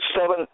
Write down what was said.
seven